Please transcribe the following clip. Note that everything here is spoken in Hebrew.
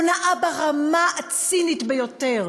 הונאה ברמה הצינית ביותר,